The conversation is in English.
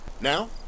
Now